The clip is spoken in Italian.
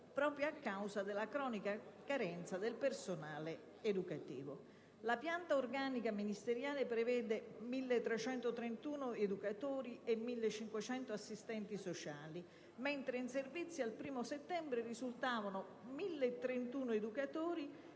psicologica a causa della cronica carenza di personale educativo; la pianta organica ministeriale prevede 1.331 educatori e 1.507 assistenti sociali, mentre in servizio al primo settembre risultavano 1.031 educatori